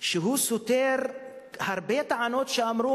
שסותר הרבה טענות שאמרו,